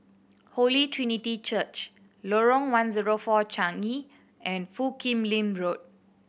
Holy Trinity Church Lorong One Zero Four Changi and Foo Kim Lin Road